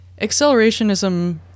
Accelerationism